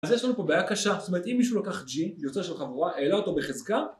אז יש לנו פה בעיה קשה, זאת אומרת אם מישהו לוקח G יוצר שם חבורה, העלה אותו בחזקה